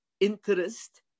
interest